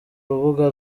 rubuga